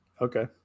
Okay